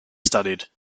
studied